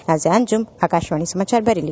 नाजिया अंजुम आकाशवाणी समाचार बरेली